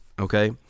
Okay